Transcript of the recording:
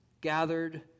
gathered